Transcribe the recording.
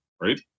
right